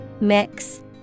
Mix